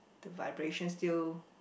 the vibration still